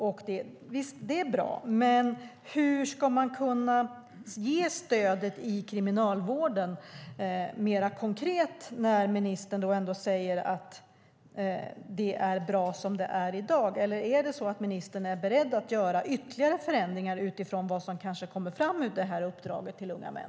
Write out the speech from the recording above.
Visst, det är bra, men hur ska man kunna ge mer konkret stöd i Kriminalvården när ministern säger att det är bra som det är i dag? Eller är ministern beredd att göra ytterligare förändringar utifrån vad som kanske kommer fram ur det här uppdraget som gäller unga män?